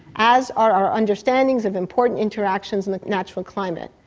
as are our understandings of important interactions in the natural climate.